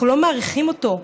אנחנו לא מעריכים אותו,